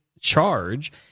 charge